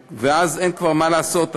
ואז אין כבר מה לעשות,